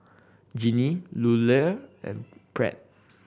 Genie Lula and Pratt